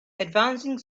advancing